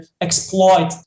exploit